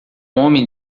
homem